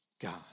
God